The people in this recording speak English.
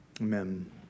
Amen